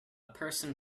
person